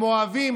הם אוהבים